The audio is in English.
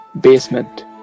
basement